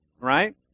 right